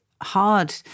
hard